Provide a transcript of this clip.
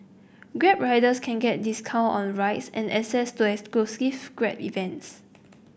grab riders can get discount on rides and assess to exclusive grab events